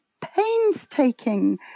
painstaking